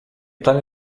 tale